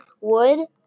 wood